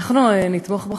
אנחנו נתמוך בחוק,